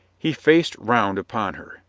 he faced round upon her.